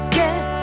get